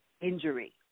injury